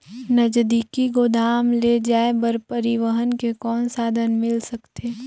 नजदीकी गोदाम ले जाय बर परिवहन के कौन साधन मिल सकथे?